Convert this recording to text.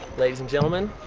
ladies and gentlemen,